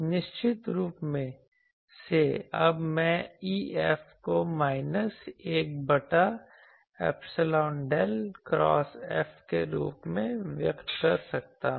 निश्चित रूप से अब मैं EF को माइनस 1 बटा ऐपसीलोन डेल क्रॉस F के रूप में व्यक्त कर सकता हूं